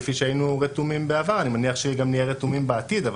כפי שהיינו רתומים בעבר אני מניח שגם נהיה רתומים בעתיד,